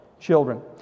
children